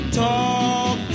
talk